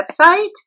website